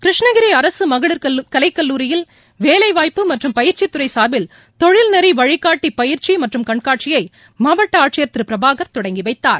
கிருஷ்ணகிரி அரசு மகளிர் கலைக்கல்லூரியில் வேலைவாய்ப்பு மற்றும் பயிற்சித்துறை சார்பில் தொழில்நெறி வழிகாட்டி பயிற்சி மற்றும் கண்காட்சியை மாவட்ட ஆட்சியர் திரு பிரபாகர் தொடங்கி வைத்தார்